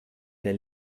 der